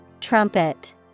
Trumpet